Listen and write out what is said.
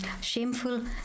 shameful